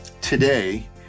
today